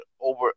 over